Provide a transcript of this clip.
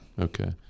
Okay